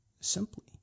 Simply